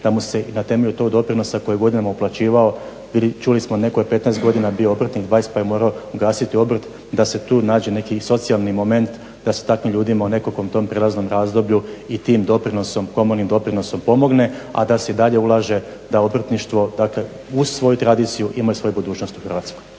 da mu se i na temelju tog doprinosa koji je godinama uplaćivao jer čuli smo netko je 15 godina bio obrtnik, 20, pa je morao gasiti obrt, da se tu nađe neki socijalni moment da se takvim ljudima u nekakvom tom prijelaznom razdoblju i tim komornim doprinosom pomogne, a da se i dalje ulaže da obrtništvo dakle uz svoju tradiciju ima i svoju budućnost u Hrvatskoj.